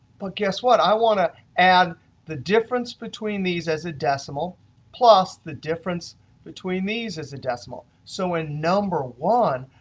but guess what? i want to add the difference between these as a decimal plus the difference between these as a decimal. so in number one,